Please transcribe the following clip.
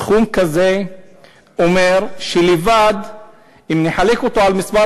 סכום כזה אומר שאם נחלק אותו במספר